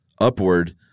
upward